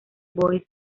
boys